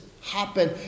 happen